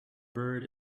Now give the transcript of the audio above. bird